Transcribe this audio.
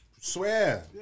Swear